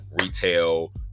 retail